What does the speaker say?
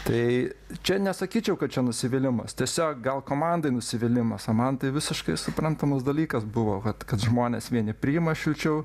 tai čia nesakyčiau kad čia nusivylimas tiesiog gal komandai nusivylimas o man tai visiškai suprantamas dalykas buvo vat kad žmonės vieni priima šilčiau